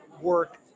work